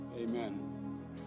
Amen